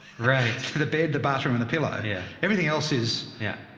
right. the bed, the bathroom and the pillow. yeah. everything else is, yeah.